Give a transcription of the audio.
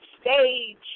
stage